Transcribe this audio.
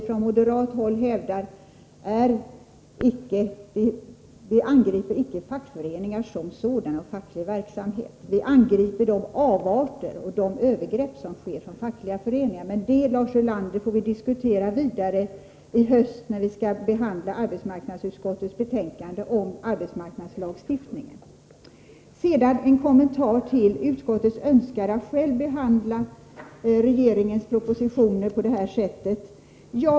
Från moderat håll angriper vi inte fackföreningar som sådana och facklig verksamhet som sådan — vi angriper de avarter som finns och de övergrepp som sker från fackliga föreningar. Men detta, Lars Ulander, får vi diskutera vidare i höst när vi skall behandla arbetsmarknadsutskottets betänkande om arbetsmarknadslagstiftningen. Sedan en kommentar till påståendet att utskottet självt önskat behandla regeringens propositioner på detta sätt.